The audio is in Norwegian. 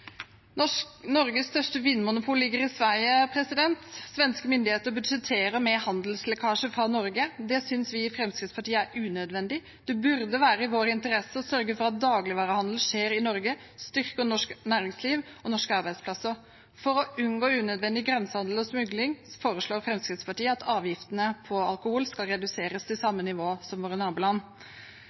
Norges største vinmonopol ligger i Sverige. Svenske myndigheter budsjetterer med handelslekkasje fra Norge. Det synes vi i Fremskrittspartiet er unødvendig. Det burde være i vår interesse å sørge for at dagligvarehandel skjer i Norge og styrker norsk næringsliv og norske arbeidsplasser. For å unngå unødvendig grensehandel og smugling foreslår Fremskrittspartiet at avgiftene på alkohol reduseres til samme nivå som i våre naboland.